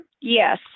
Yes